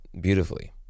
beautifully